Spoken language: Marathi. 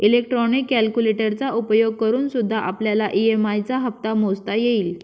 इलेक्ट्रॉनिक कैलकुलेटरचा उपयोग करूनसुद्धा आपल्याला ई.एम.आई चा हप्ता मोजता येईल